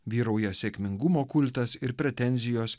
vyrauja sėkmingumo kultas ir pretenzijos